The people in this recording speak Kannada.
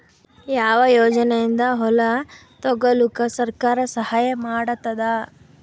ಯಾವ ಯೋಜನೆಯಿಂದ ಹೊಲ ತೊಗೊಲುಕ ಸರ್ಕಾರ ಸಹಾಯ ಮಾಡತಾದ?